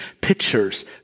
pictures